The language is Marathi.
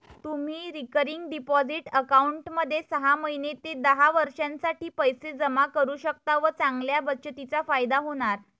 तुम्ही रिकरिंग डिपॉझिट अकाउंटमध्ये सहा महिने ते दहा वर्षांसाठी पैसे जमा करू शकता व चांगल्या बचतीचा फायदा होणार